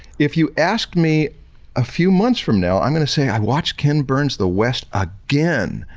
if you ask me a few months from now, i'm going to say i watched ken burns the west again.